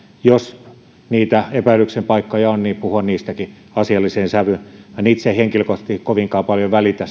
jos niitä epäilyksen paikkoja on niin puhua niistäkin asialliseen sävyyn minä en itse henkilökohtaisesti kovinkaan paljon välitä